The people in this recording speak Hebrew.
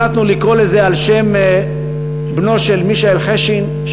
החלטנו לקרוא לזה על שם בנו של מישאל חשין,